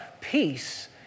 peace